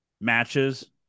matches